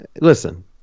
listen